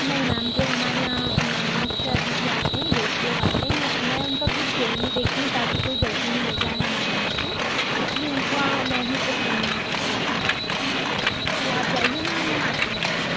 नहीं मैम जो हमारे यहाँ मुख्य अतिथि आते हैं गेस्ट लोग आते हैं मैं उनका खुद स्वयं ही देखती हूँ ताकि कोई गलती ना हो जाए हमारे यहाँ से इसलिए उनका मैं ही पूरा मेनू तैयार करती हूँ तो आप जाइए मैम मैं आती हूँ फिर